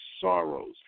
sorrows